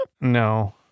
No